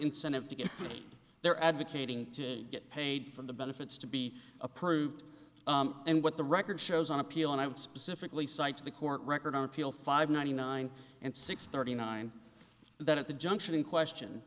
incentive to get their advocating to get paid from the benefits to be approved and what the record shows on appeal and i would specifically cite to the court record on appeal five ninety nine and six thirty nine that at the junction in question